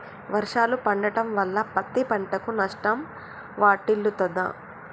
వర్షాలు పడటం వల్ల పత్తి పంటకు నష్టం వాటిల్లుతదా?